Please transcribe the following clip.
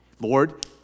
Lord